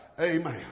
Amen